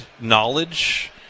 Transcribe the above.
knowledge